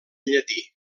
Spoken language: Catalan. llatí